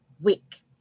week